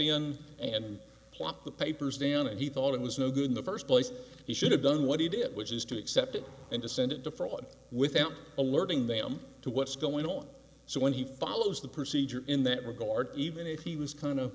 in and plopped the papers down and he thought it was no good in the first place he should have done what he did which is to accept it and to send it to fraud without alerting them to what's going on so when he follows the procedure in that regard even if he was kind of